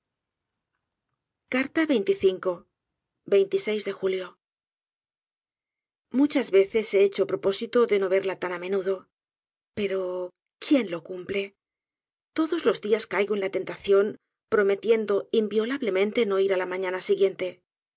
de julio muchas veces he hecho propósito de no verla tan á menudo pero quién lo cumple todos losdias caigo én la tentación prometiendo inviolablemente no ir á la mañana siguiente